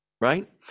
right